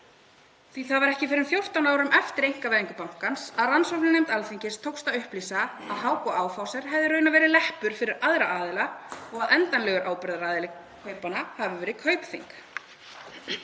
að það var ekki fyrr en fjórtán árum eftir einkavæðingu bankans að rannsóknarnefnd Alþingis tókst að upplýsa að Hauck & Aufhäuser hefði raunar verið leppur fyrir aðra aðila og að endanlegur ábyrgðaraðili kaupanna hefði verið Kaupþing.